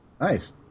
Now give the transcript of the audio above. nice